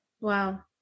Wow